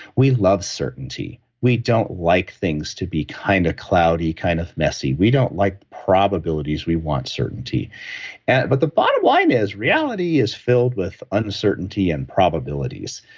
we love certainty. we don't like things to be kind of cloudy, kind of messy. we don't like probabilities. we want certainty but the bottom line is reality is filled with uncertainty and probabilities.